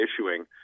issuing